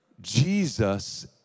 Jesus